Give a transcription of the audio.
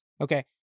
okay